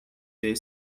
their